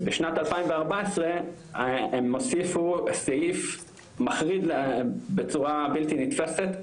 ובשנת 2014 הם הוסיפו סעיף מחריד בצורה בלתי נתפסת,